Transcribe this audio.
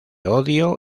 odio